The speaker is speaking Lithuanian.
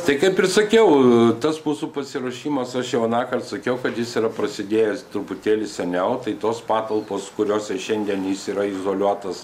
tai kaip ir sakiau tas mūsų pasiruošimas aš jau anąkart sakiau kad jis yra prasidėjęs truputėlį seniau tai tos patalpos kuriose šiandien jis yra izoliuotas